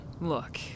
Look